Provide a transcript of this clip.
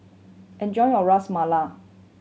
enjoy your Ras Malai